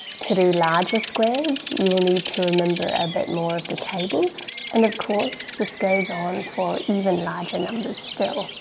to do larger squares, you will need to remember a bit more of the table, and of course this goes on for even larger numbers still.